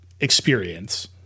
experience